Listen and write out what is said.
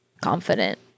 confident